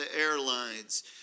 Airlines